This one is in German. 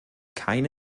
keine